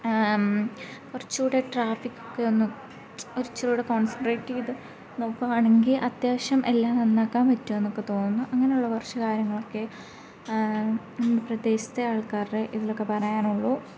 കുറച്ചുകൂടി ട്രാഫിക്കൊക്കെ ഒന്നും ഒരിച്ചിരികൂടി കോൺസെൻട്രേറ്റ് ചെയ്ത് നോക്കുകയാണെങ്കിൽ അത്യാവശ്യം എല്ലാം നന്നാക്കാൻ പറ്റുമെന്നൊക്കെ തോന്നുന്നു അങ്ങനെയുള്ള കുറച്ച് കാര്യങ്ങളൊക്കെ പ്രദേശത്തെ ആൾക്കാരുടെ ഇതിലൊക്കെ പറയാനുള്ളു